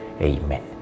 Amen